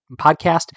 podcast